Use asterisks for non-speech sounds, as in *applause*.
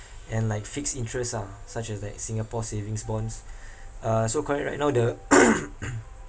and like fixed interest ah such as like singapore savings bonds *breath* uh so currently right now the *noise*